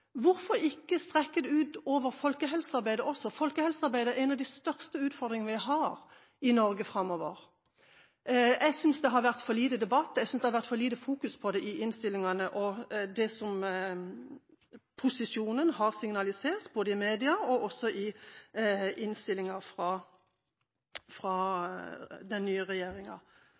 hvorfor strekkes det ikke ut – over til folkehelsearbeidet også? Folkehelsearbeidet er en av de største utfordringene vi har i Norge framover. Jeg synes det har vært for lite debatt, jeg synes det har vært lite fokus på det i det posisjonen har signalisert, i media og også i innstillinga fra den nye regjeringa.